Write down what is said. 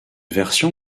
version